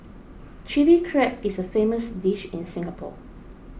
Chilli Crab is a famous dish in Singapore